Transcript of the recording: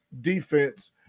defense